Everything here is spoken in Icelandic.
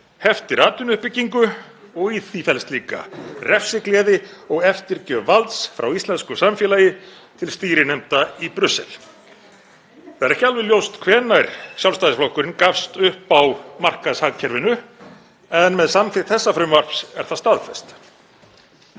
heftir atvinnuuppbyggingu og í því felst líka refsigleði og eftirgjöf valds frá íslensku samfélagi til stýrinefnda í Brussel. Það er ekki alveg ljóst hvenær Sjálfstæðisflokkurinn gafst upp á markaðshagkerfinu en með samþykkt þessa frumvarps er það staðfest.